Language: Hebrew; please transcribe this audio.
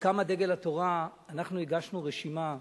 כשקמה דגל התורה, אנחנו הגשנו רשימה.